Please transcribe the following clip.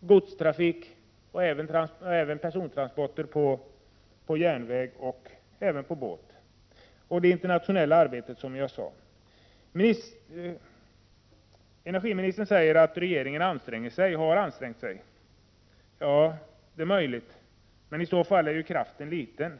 godstrafik och även persontransporter till järnväg och båt. Där krävs, som jag sagt tidigare, internationellt samarbete. Energiministern säger att regeringen har ansträngt sig och anstränger sig på detta område. Ja, det är möjligt, men i så fall är kraften liten.